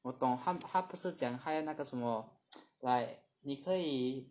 我懂他他不是讲他要那个什么 like 你可以